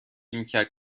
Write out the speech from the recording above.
میکرد